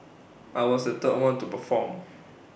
I was the third one to perform